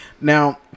Now